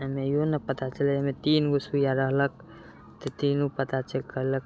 एहिमे इहो नहि पता चलल एहिमे तीनगो सुइआ रहलक तऽ तीनू पता चेक कएलक